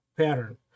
pattern